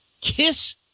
Kiss